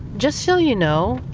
just so you know,